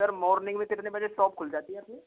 sir morning में कितने बजे शॉप खुल जाती है अपनी